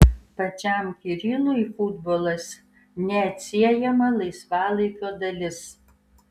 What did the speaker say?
pačiam kirilui futbolas neatsiejama laisvalaikio dalis